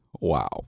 wow